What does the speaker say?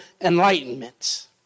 enlightenment